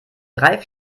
drei